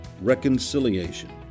reconciliation